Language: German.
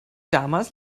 damals